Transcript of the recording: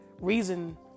reason